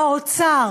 באוצר,